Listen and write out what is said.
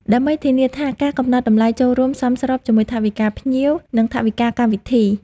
ដើម្បីធានាថាការកំណត់តម្លៃចូលរួមសមស្របជាមួយថវិកាភ្ញៀវ និងថវិកាកម្មវិធី។